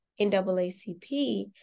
NAACP